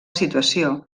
situació